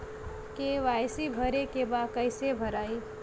KYC भरे के बा कइसे भराई?